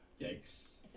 Yikes